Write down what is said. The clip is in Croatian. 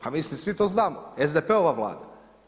Pa mislim svi to znamo, SDP-ova vlada.